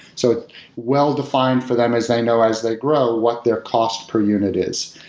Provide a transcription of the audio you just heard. so it's well-defined for them as they know as they grow what their cost per unit is.